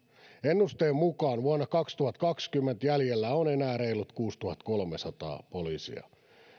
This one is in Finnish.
ennusteen mukaan vuonna kaksituhattakaksikymmentä jäljellä on enää reilut kuusituhattakolmesataa poliisia